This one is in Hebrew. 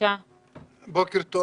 בוקר טוב.